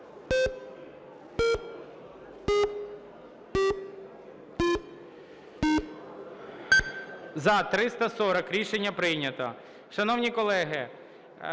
За-304 Рішення прийнято.